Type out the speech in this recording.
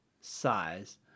Size